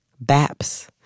Baps